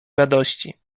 radości